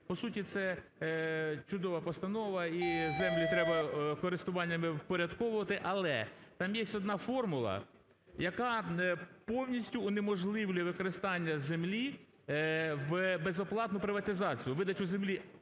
По суті, це чудова постанова, і землі треба користуваннями впорядковувати. Але там є одна формула, яка повністю унеможливлює використання землі в безоплатну приватизацію, видачу землі.